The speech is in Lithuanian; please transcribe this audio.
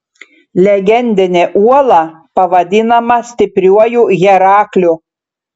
legendinė uola pavadinama stipriuoju herakliu